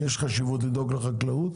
כי יש חשיבות לדאוג לחקלאות.